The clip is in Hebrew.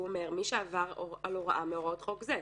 הוא אומר: "מי שעבר על הוראה מהוראות חוק זה",